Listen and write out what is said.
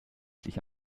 sich